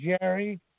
Jerry